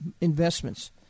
investments